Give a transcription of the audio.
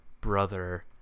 brother